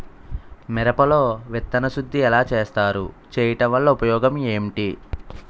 మిరప లో విత్తన శుద్ధి ఎలా చేస్తారు? చేయటం వల్ల ఉపయోగం ఏంటి?